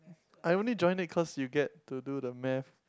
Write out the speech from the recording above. I only joined it cause you get to do the math